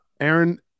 Aaron